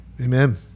Amen